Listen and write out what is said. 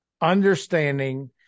Understanding